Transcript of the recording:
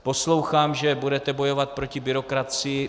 Poslouchám, že budete bojovat proti byrokracii.